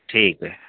ٹھیک ہے